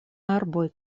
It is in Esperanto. arboj